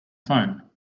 phone